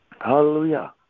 Hallelujah